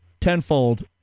tenfold